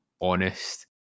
honest